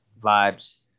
vibes